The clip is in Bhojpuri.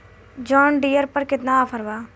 जॉन डियर पर केतना ऑफर बा?